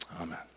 Amen